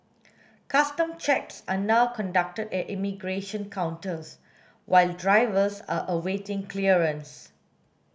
custom checks are now conducted at immigration counters while drivers are awaiting clearance